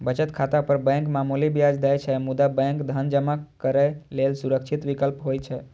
बचत खाता पर बैंक मामूली ब्याज दै छै, मुदा बैंक धन जमा करै लेल सुरक्षित विकल्प होइ छै